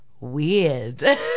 weird